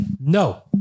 No